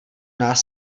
nás